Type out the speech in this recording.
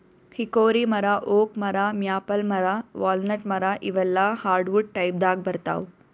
hickory ಮರಾ oak ಮರಾ maple ಮರಾ ವಾಲ್ನಟ್ ಮರಾ ಇವೆಲ್ಲಾ ಹಾರ್ಡವುಡ್ ಟೈಪ್ದಾಗ್ ಬರ್ತಾವ್